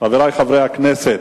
חברי חברי הכנסת,